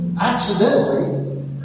Accidentally